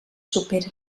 supere